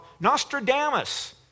Nostradamus